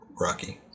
*Rocky*